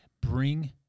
bring